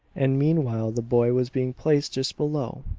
and meanwhile the boy was being placed just below,